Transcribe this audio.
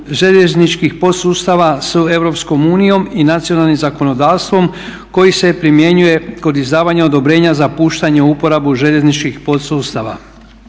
željezničkih podsustava s EU i nacionalnim zakonodavstvom koji se primjenjuje kod izdavanja odobrenja za puštanje u uporabu željezničkih podsustava.